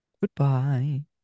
Goodbye